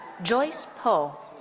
joyce poh.